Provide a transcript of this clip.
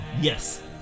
Yes